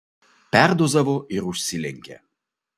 perdozavo ir užsilenkė